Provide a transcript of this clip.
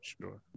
sure